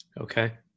Okay